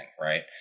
right